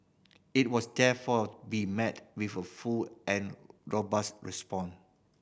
it was therefore be met with a full and robust response